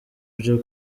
byo